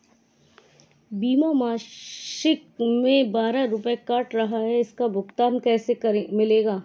बीमा मासिक में बारह रुपय काट रहा है इसका भुगतान कैसे मिलेगा?